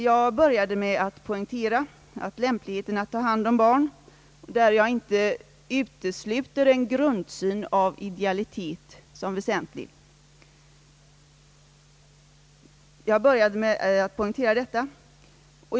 Jag började med att poängtera att lämpligheten att ta hand om barn — där jag inte utesluter en grundsyn av idealitet — är det väsentliga.